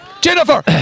Jennifer